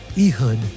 Ehud